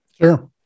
sure